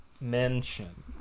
Mention